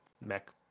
mech